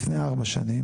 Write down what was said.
לפני 4 שנים.